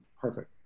Perfect